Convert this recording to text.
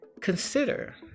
consider